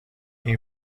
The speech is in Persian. این